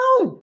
No